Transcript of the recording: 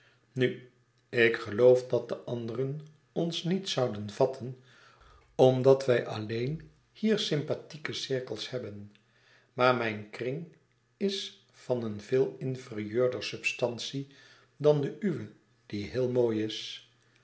nu ik geloof dat de anderen ons niet zouden vatten omdat wij alleen hier sympathieke cirkels hebben maar mijn kring is van een veel inferieurder substantie dan de uwe die heel mooi is